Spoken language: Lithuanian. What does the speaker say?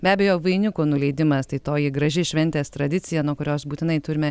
be abejo vainiko nuleidimas tai toji graži šventės tradicija nuo kurios būtinai turime